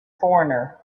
foreigner